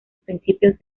principios